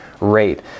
rate